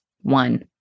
one